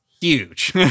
huge